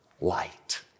light